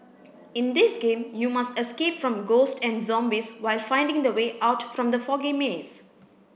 in this game you must escape from ghosts and zombies while finding the way out from the foggy maze